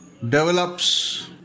develops